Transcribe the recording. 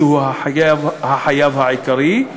שהוא החייב העיקרי,